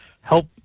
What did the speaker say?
help